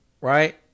right